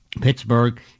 Pittsburgh